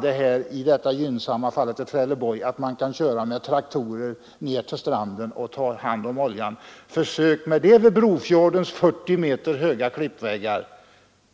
typ som finns vid Trelleborg, där man kunde köra med traktorer ned till stranden och ta hand om oljan. Försök med det vid Brofjordens 40 meter höga klippväggar!